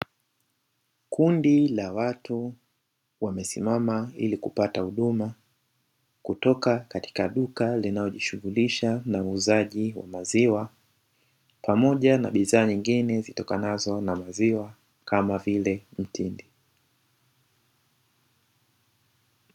Kundi la watu wamesimama ili kupata huduma kutoka katika duka linalojishughulisha na uuzaji wa maziwa, pamoja na bidhaa nyingine zitokanazo na maziwa kama vile mtindi.